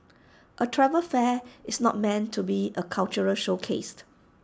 A travel fair is not meant to be A cultural showcase